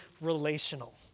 relational